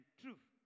truth